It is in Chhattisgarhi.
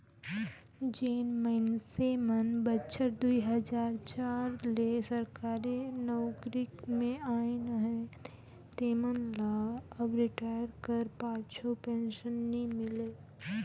जेन मइनसे मन बछर दुई हजार चार ले सरकारी नउकरी में अइन अहें तेमन ल अब रिटायर कर पाछू पेंसन नी मिले